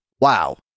Wow